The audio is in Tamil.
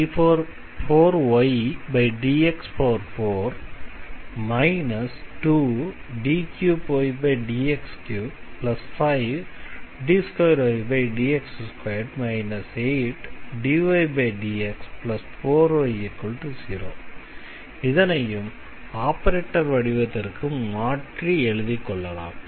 d4ydx4 2d3ydx35d2ydx2 8dydx4y0 இதனையும் ஆபரேட்டர் வடிவத்திற்கு மாற்றி எழுதிக்கொள்ளலாம்